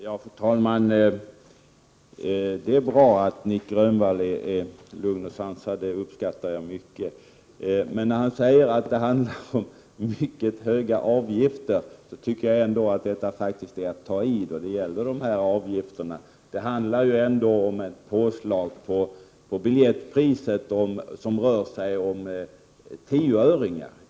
Fru talman! Det är bra att Nic Grönvall är lugn och sansad, det uppskattar jag mycket. Men när han säger att det handlar om mycket höga avgifter tycker jag ändå att det faktiskt är att ta i. När det gäller de här avgifterna handlar det ändå om ett påslag på biljettpriset som rör sig om tioöringar.